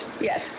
yes